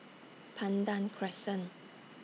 Pandan Crescent